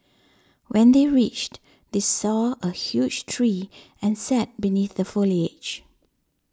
when they reached they saw a huge tree and sat beneath the foliage